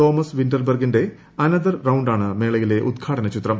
Thomas വിന്റർ ബർഗിന്റെ another റൌണ്ടാണ് മേളയിലെ ഉദ്ഘാടന ചിത്രം